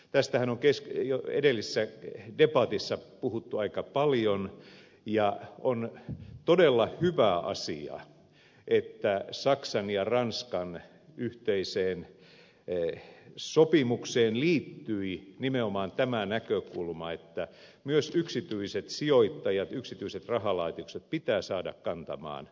tästähän on jo edellisessä debatissa puhuttu aika paljon ja on todella hyvä asia että saksan ja ranskan yhteiseen sopimukseen liittyi nimenomaan tämä näkökulma että myös yksityiset sijoittajat yksityiset rahalaitokset pitää saada kantamaan vastuuta